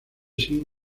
sin